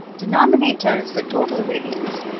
denominator is the total variance.